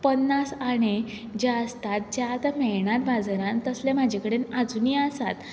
पन्नास आणें जे आसतात जे आतां मेळनात बाजरान तसले म्हजे कडेन आजुनी आसात